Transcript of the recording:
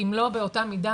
אם לא באותה מידה,